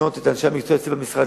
להפנות את אנשי המקצוע אצלי במשרד,